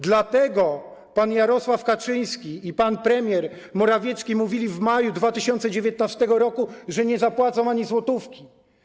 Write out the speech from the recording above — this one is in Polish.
Dlatego pan Jarosław Kaczyński i pan premier Morawiecki mówili w maju 2019 r., że nie zapłacą ani złotówki.